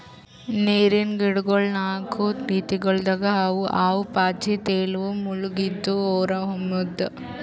ನೀರಿನ್ ಗಿಡಗೊಳ್ ನಾಕು ರೀತಿಗೊಳ್ದಾಗ್ ಅವಾ ಅವು ಪಾಚಿ, ತೇಲುವ, ಮುಳುಗಿದ್ದು, ಹೊರಹೊಮ್ಮಿದ್